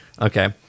okay